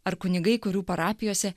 ar kunigai kurių parapijose